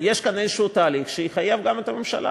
יש כאן תהליך כלשהו שיחייב גם את הממשלה